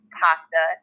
pasta